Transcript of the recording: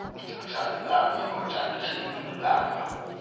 शिक्षा विभागमे हो चाहे किसी भी विभागमे हो